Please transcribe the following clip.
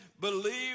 believe